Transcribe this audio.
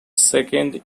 second